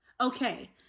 Okay